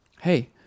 hey